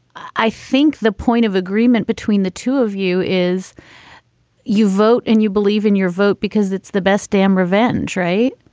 i think the point of agreement between the two of you is you vote and you believe in your vote because it's the best damn revenge, right?